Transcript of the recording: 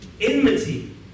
Enmity